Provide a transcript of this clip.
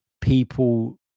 people